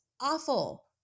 awful